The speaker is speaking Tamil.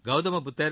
கௌதம புத்தர்